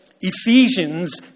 Ephesians